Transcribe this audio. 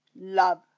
love